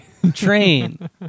Train